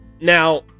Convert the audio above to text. Now